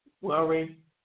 worry